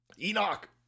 Enoch